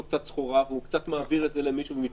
קצת סחורה והוא מעביר אותה למישהו ומתפרנס?